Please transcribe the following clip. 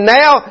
now